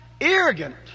arrogant